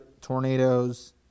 tornadoes